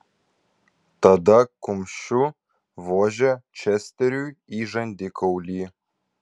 tada kumščiu vožė česteriui į žandikaulį